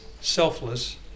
selfless